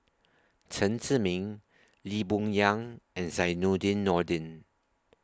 Chen Zhiming Lee Boon Yang and Zainudin Nordin